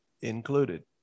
included